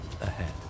ahead